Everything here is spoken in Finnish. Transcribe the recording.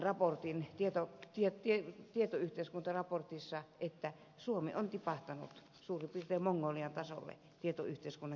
oli aika järkyttävää havaita evan tietoyhteiskuntaraportista että suomi on tipahtanut suurin piirtein mongolian tasolle tietoyhteiskunnan kehittämisessä